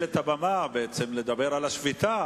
תנצל את הבמה בעצם לדבר על השביתה,